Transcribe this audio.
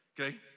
Okay